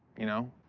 you know,